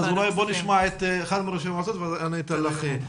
אז אולי בואו נשמע את אחד מראשי המועצות ואתן לך.